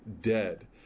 dead